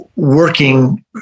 working